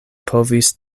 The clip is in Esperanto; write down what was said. povis